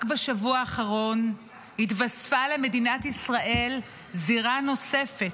רק בשבוע האחרון התווספה למדינת ישראל זירה נוספת,